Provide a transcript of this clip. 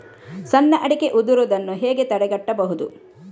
ಸಣ್ಣ ಅಡಿಕೆ ಉದುರುದನ್ನು ಹೇಗೆ ತಡೆಗಟ್ಟಬಹುದು?